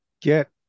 get